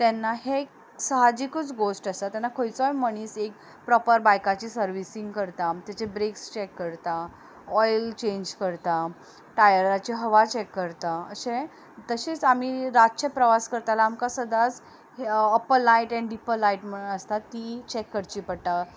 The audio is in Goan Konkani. तेन्ना हें साहजिकूच गोश्ट आसा तेन्ना खंयचोय मनीस एक प्रोपर बायकाची सरविसींग करता म्हणजे ताजे ब्रेक्स चॅक करता ऑयल चेंज करता टायराची हवा चॅक करता अशें तशीच आमी रातची प्रवास करतना आमकां सदांच अप्पर लायट अप्पर लायट म्हूण आसता ती चॅक करची पडटा